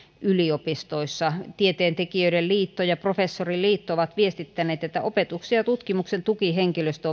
yliopistoissa tieteentekijöiden liitto ja professoriliitto ovat viestittäneet että opetuksen ja tutkimuksen tukihenkilöstö